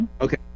Okay